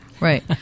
Right